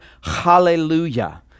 hallelujah